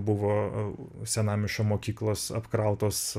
buvo senamiesčio mokyklos apkrautos